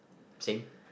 same